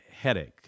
headache